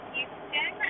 Houston